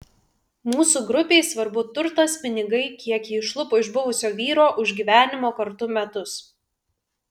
mūsų grupei svarbu turtas pinigai kiek ji išlupo iš buvusio vyro už gyvenimo kartu metus